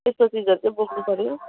त्यस्तो चिजहरू चाहिँ बोक्नु पर्यो